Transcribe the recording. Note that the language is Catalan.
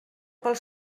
pel